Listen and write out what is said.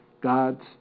God's